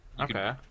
Okay